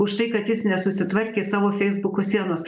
už tai kad jis nesusitvarkė savo feisbuko sienos